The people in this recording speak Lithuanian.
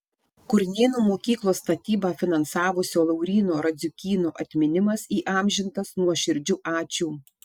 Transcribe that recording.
kurnėnų mokyklos statybą finansavusio lauryno radziukyno atminimas įamžintas nuoširdžiu ačiū